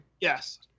Yes